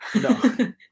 No